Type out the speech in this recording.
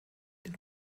den